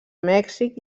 mèxic